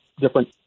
different